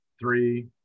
three